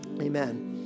Amen